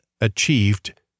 achieved